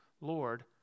Lord